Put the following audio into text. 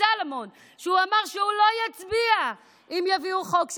סלומון אמר שהוא לא יצביע אם יביאו חוק שכזה,